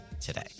today